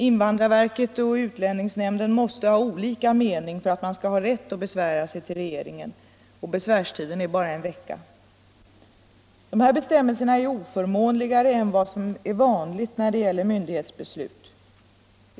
Invandrarverket och utlänningsnämnden måste ha olika mening för att man skall ha rätt att besvära sig hos regeringen, och besvärstiden är bara en vecka. Dessa bestämmelser är oförmånligare än vad som är vanligt när det gäller myndighetsbeslut här i landet.